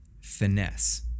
finesse